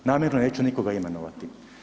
Namjerno neću nikoga imenovati.